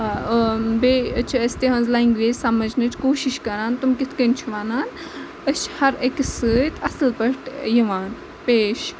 بیٚیہِ چھِ أسۍ تِہِنٛز لنٛگویج سَمٕجھنٕچ کوٗشِش کَران تم کِتھ کٔنۍ چھِ وَنان أسۍ چھِ ہر أکِس سۭتۍ اَصٕل پٲٹھۍ یِوان پیش